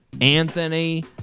Anthony